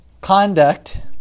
conduct